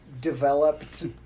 developed